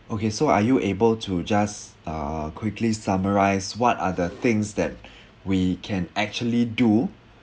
okay so are you able to just uh quickly summarise what are the things that we can actually do